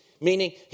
meaning